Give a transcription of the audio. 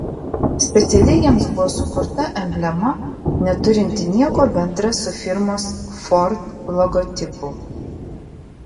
specialiai jiems buvo sukurta emblema neturinti nieko bendra su firmos ford logotipu